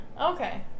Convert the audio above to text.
Okay